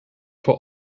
vor